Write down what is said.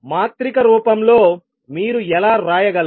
మాత్రిక రూపంలో మీరు ఎలా వ్రాయగలరు